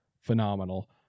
phenomenal